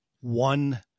one